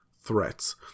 threats